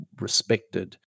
respected